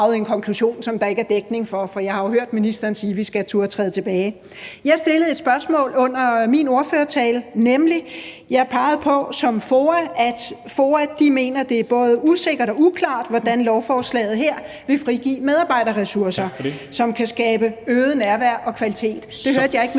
Tak for det,